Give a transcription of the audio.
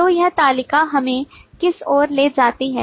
तो यह तालिका हमें किस ओर ले जाती है